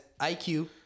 IQ